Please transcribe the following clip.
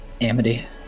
Amity